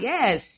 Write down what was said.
Yes